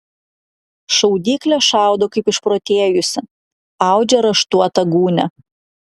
šaudyklė šaudo kaip išprotėjusi audžia raštuotą gūnią